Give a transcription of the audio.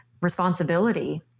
responsibility